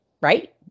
right